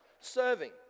Serving